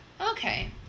Okay